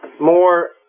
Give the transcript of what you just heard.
more